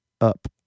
up